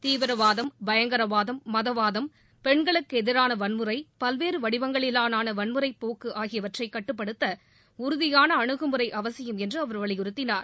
தீவிரவாதம் பயங்கரவாதம் மதவாதம் பெண்களுக்கு எதிரான வன்முறை பல்வேறு வடிவங்களிவான வன்முறை போக்கு ஆகியவற்றை கட்டுப்படுத்த உறுதியான அனுகுமுறை அவசியம் என்று அவர் வலியுறுத்தினார்